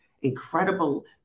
incredible